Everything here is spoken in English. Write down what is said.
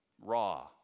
raw